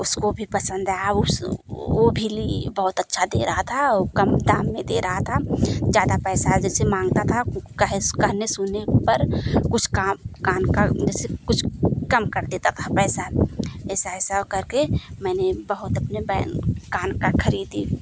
उसको भी पसंद आया उस और वह भी ली बहुत अच्छा दे रहा था और कम दाम में दे रहा था ज़्यादा पैसा जैसे मांगता था कह कहने सुनने पर कुछ कम कान का जैसे कुछ कम कर देता था पैसा ऐसा ऐसा करके मैंने बहुत अपने बहन कान का खरीदी